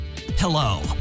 Hello